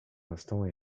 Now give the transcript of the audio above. instant